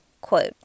quote